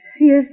Yes